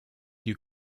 you